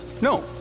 no